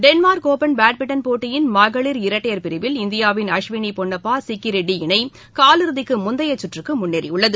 Denmark open badminton போட்டியின் மகளிர் இரட்டையர் பிரிவில் இந்தியாவின் அஸ்வினி பொன்னப்பா சிக்கிரெட்டி இணை காலிறுதிக்கு முந்தைய சுற்றுக்கு முன்னேறியுள்ளது